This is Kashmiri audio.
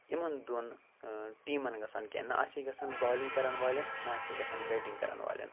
یِمَن دۄن ٹیٖمَن گژھان کیٚنہہ نہ آسِہ ہے گژھان بالِنٛگ کَرَن والٮ۪ن نہ آسِہ ہے گژھان بیٹِنٛگ کَرَن والٮ۪ن